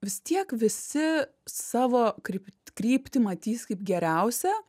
vis tiek visi savo kryp kryptį matys kaip geriausią